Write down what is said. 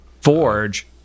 Forge